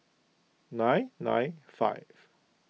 nine nine five